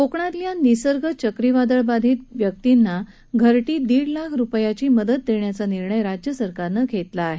कोकणातल्या निसर्ग चक्रिवादळबाधित व्यर्तींना घरटी दीड लाख रुपयांची मदत देण्याचा निर्णय राज्यसरकारनं घेतला आहे